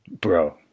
Bro